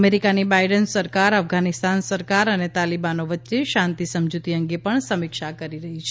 અમેરિકાની બાઇડેન સરકાર અફધાનિસ્તાન સરકાર અને તાલિબનો વચ્ચે શાંતિ સમજૂતી અંગે પણ સમીક્ષા કરી રહી છે